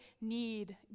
need